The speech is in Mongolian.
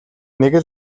нэг